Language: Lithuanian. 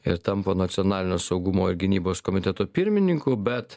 ir tampa nacionalinio saugumo ir gynybos komiteto pirmininku bet